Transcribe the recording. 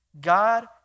God